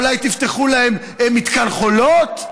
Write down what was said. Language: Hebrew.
אולי תפתחו להם מתקן חולות?